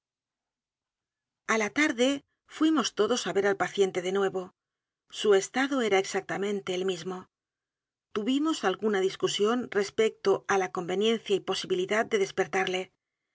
la tarde fuimos todos á ver a l p a c i e n t e de nuevo su estado era exactamente el mismo tuvimos alguna discusión respecto á la conveniencia y posibilidad de despertarle